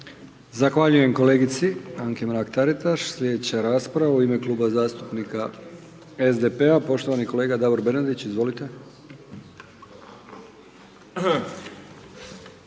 Zahvaljujem kolegici Anki Mrak Taritaš. Slijedeća rasprava u ime Kluba zastupnika SDP-a, poštovani kolega Davor Bernardić, izvolite.